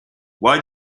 why